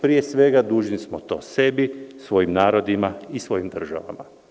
Pre svega dužni smo to sebi, svojim narodima i svojim državama.